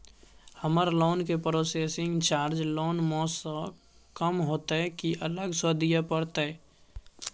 हमर लोन के processing charge loan म स कम होतै की अलग स दिए परतै?